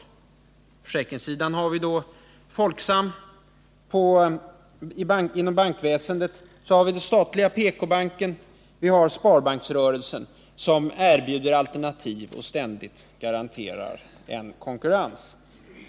På försäkringssidan har vi Folksam, och inom bankväsendet har vi den statliga PKbanken och sparbanksrörelsen, vilka erbjuder alternativ och ständigt garanterar en konkurrens.